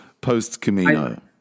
post-Camino